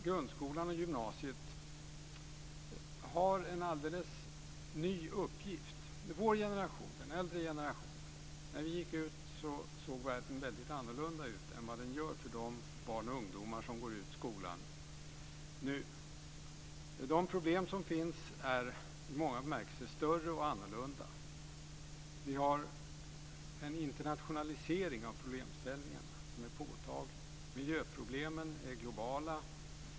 Grundskolan och gymnasiet har en alldeles ny uppgift. När vi i vår generation, den äldre generationen, gick ut skolan såg världen väldigt annorlunda än vad den gör för de barn och ungdomar som går ut skolan nu. De problem som finns är i många bemärkelser större och annorlunda. Vi har en internationalisering av problemställningarna som är påtaglig. Miljöproblemen är globala.